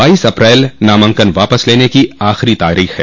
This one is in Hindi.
बाइस अप्रैल नामांकन वापस लेने की आखिरी तारीख है